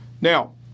Now